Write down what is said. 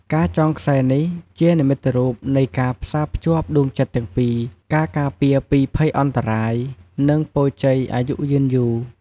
ការចងខ្សែនេះជានិមិត្តរូបនៃការផ្សាភ្ជាប់ដួងចិត្តទាំងពីរ ការការពារពីភ័យអន្តរាយ និងពរជ័យអាយុយឺនយូរ។